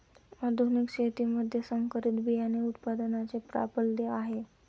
आधुनिक शेतीमध्ये संकरित बियाणे उत्पादनाचे प्राबल्य आहे